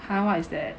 !huh! what is that